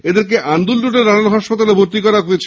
এদেরকে আন্দুল রোডে নারায়ন হাসপাতালে ভর্তি করা হয়েছে